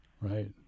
Right